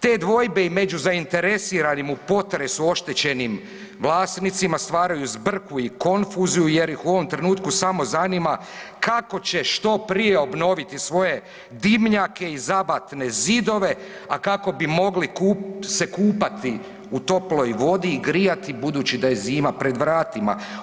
Te dvojbe i među zainteresiranim u potresu oštećenim vlasnicima stvaraju zbrku i konfuziju jer ih u ovom trenutku samo zanima kako će što prije obnoviti svoje dimnjake i zabatne zidove, a kako bi mogli kup, se kupati u toploj vodi i grijati, budući da je zima pred vratima.